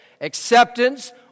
acceptance